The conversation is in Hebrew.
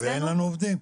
ואין לנו עובדים.